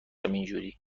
اونجوری